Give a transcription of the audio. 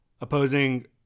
opposing